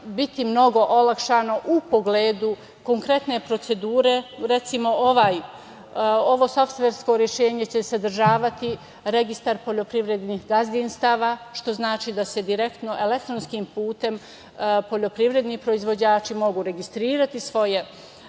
biti mnogo olakšano u pogledu konkretne procedure. Recimo, ovo softversko rešenje će sadržati registar poljoprivrednih gazdinstava, što znači da se direktno, elektronskim putem, poljoprivredni proizvođači mogu registrovati svoje